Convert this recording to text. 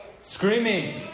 Screaming